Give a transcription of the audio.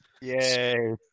Yay